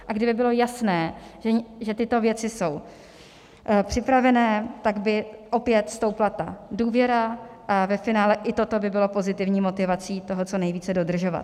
A kdyby bylo jasné, že tyto věci jsou připravené, tak by opět stoupla ta důvěra a ve finále i toto by bylo pozitivní motivací toho co nejvíce dodržovat.